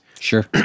Sure